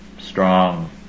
strong